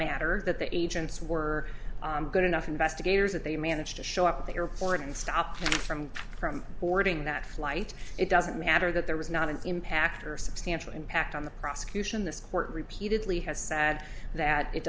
matter that the agents were good enough investigators that they managed to show up at the airport and stop him from from boarding that flight it doesn't matter that there was not an impact or substantial impact on the prosecution this court repeatedly has said that it